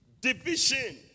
Division